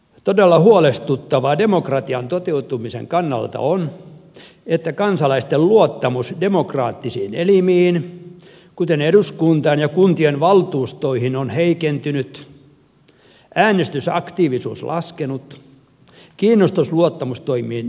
todella huolestuttavaa demokratian toteutumisen kannalta on että kansalaisten luottamus demokraattisiin elimiin kuten eduskuntaan ja kuntien valtuustoihin on heikentynyt äänestysaktiivisuus laskenut kiinnostus luottamustoimiin vähentynyt